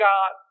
God